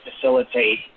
facilitate